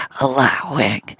allowing